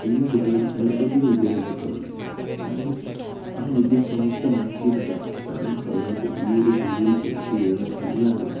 എല്ലാ കുട്ടികളും നിർബന്ധിത വിദ്യാഭ്യാസമാണ് കാരണം ആ വിദ്യ സ്വായക്തമാക്കിയിരിക്കണം കാരണം സമൂഹത്തിൽ ഈ ഒരു ഭൂമിയിൽ ജനിച്ച് വീഴുന്ന എല്ലാവരും